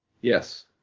Yes